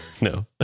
No